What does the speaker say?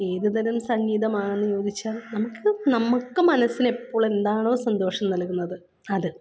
ഏത് തരം സംഗീതമാണെന്ന് ചോദിച്ചാൽ നമുക്ക് നമ്മള്ക്ക് മനസ്സിലെപ്പോളെന്താണോ സന്തോഷം നൽകുന്നത് അത്